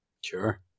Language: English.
Sure